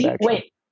wait